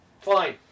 Fine